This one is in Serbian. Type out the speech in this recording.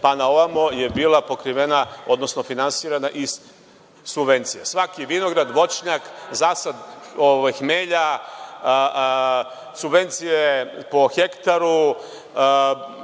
pa na ovamo, je bila pokrivena, odnosno finansirana iz subvencija. Svaki vinograd, voćnjak, zasad hmelja, subvencije po hektaru,